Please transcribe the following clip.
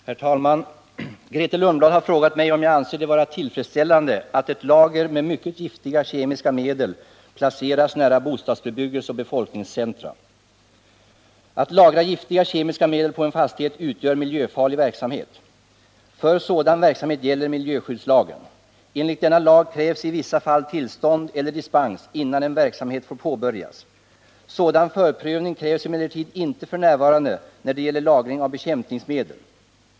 Herr talman! Grethe Lundblad har frågat mig om jag anser det vara tillfredsställande att ett lager med mycket giftiga kemiska medel placeras nära bostadsbebyggelse och befolkningscentra. Att lagra giftiga kemiska medel på en fastighet utgör miljöfarlig verksamhet. För sådan verksamhet gäller miljöskyddslagen. Enligt denna lag krävs i vissa fall tillstånd eller dispens innan en verksamhet får påbörjas. Sådan förprövning krävs emellertid inte f. n. när det gäller lagring av bekämpningsmedel.